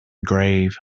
grave